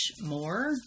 more